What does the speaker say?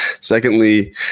Secondly